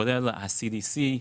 כולל ה-CDC,